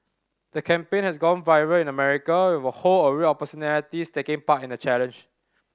the campaign has gone viral in America with a whole array of personalities taking part in the challenge